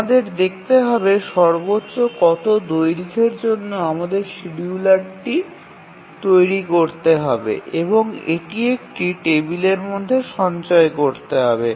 আমাদের দেখতে হবে সর্বোচ্চ কতো দৈর্ঘ্যের জন্য আমাদের শিডিয়ুলটি তৈরি করতে হবে এবং এটি একটি টেবিলের মধ্যে সঞ্চয় করতে হবে